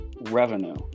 revenue